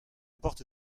porte